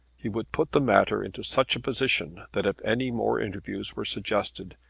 he would put the matter into such a position that if any more interviews were suggested,